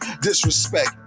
Disrespect